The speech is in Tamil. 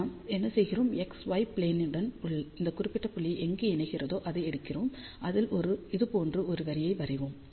நாம் என்ன செய்கிறோம் x y ப்ளேனுடன் இந்த குறிப்பிட்ட புள்ளி எங்கு இணைகிறதோ அதை எடுக்கிறோம் அதில் இது போன்ற ஒரு வரியை வரைவோம்